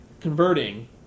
converting